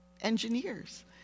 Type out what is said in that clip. engineers